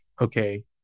okay